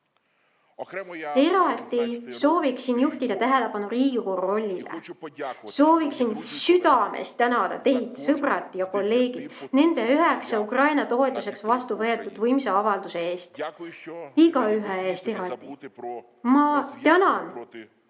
Eraldi sooviksin juhtida tähelepanu Riigikogu rollile. Sooviksin südamest tänada teid, sõbrad ja kolleegid, nende üheksa Ukraina toetuseks vastu võetud võimsa avalduse eest, igaühe eest eraldi. Ma tänan,